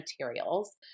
materials